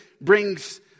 brings